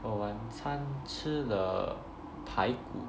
for 晚餐吃了排骨